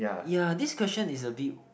ya this question is a bit